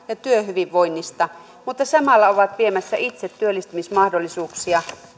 ja työhyvinvoinnista mutta samalla ovat viemässä itse työllistämismahdollisuuksia